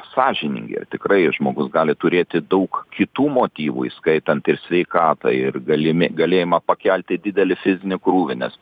sąžiningi ar tikrai žmogus gali turėti daug kitų motyvų įskaitant ir sveikatą ir galimi galėjimą pakelti didelį fizinį krūvį nes